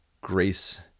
Grace